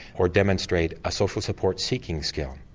or demonstrate a social support seeking skill.